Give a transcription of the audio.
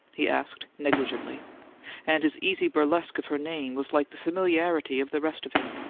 he asked, negligently and his easy burlesque of her name was like the familiarity of the rest of him.